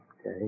Okay